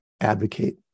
advocate